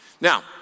Now